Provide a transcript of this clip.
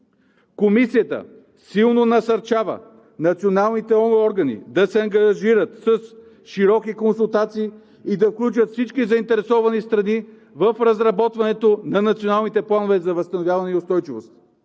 Комисията силно насърчава националните органи да се ангажират с широки консултации и да включат всички заинтересовани страни в разработването на националните планове за възстановяване и устойчивост.